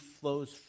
flows